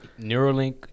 Neuralink